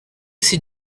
see